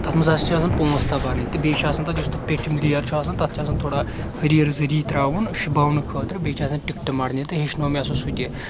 تتھ منٛز ہَسا چھِ آسان پانٛژھ تَہہ برٕنۍ تہٕ بیٚیہِ چھِ آسان تتھ یُس تتھ پیٹھ لِیر چھُ آسان تتھ چھُ آسان تھوڑا ہیریر ذٔریعہِ ترٛاوُن شوٗ باونہٕ خٲطرٕ بیٚیہِ چھُ آسان ٹکٹہٕ مرنہِ تہِ ہیٚچھنو مےٚ سُہ سُہ تہِ